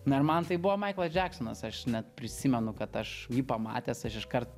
na ir man tai buvo maiklas džeksonas aš net prisimenu kad aš jį pamatęs aš iškart